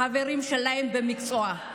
החברים שלהם למקצוע.